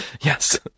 Yes